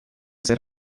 ser